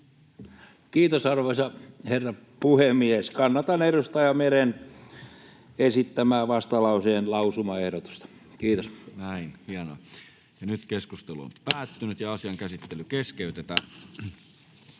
Kiitos, arvoisa herra puhemies! Kannatan edustaja Meren esittämää vastalauseen lausumaehdotusta. — Kiitos. Näin, hienoa. Toiseen käsittelyyn ja ainoaan käsittelyyn esitellään